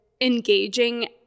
engaging